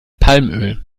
palmöl